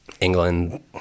England